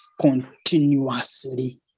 continuously